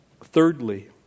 Thirdly